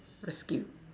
rescue